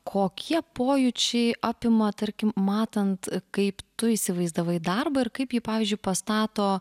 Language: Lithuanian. kokie pojūčiai apima tarkim matant kaip tu įsivaizdavai darbą ir kaip jį pavyzdžiui pastato